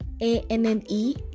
A-N-N-E